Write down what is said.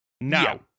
Now